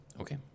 Okay